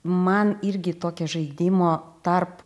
man irgi tokio žaidimo tarp